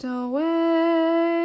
away